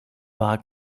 war